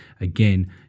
again